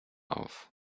auf